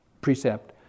precept